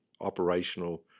operational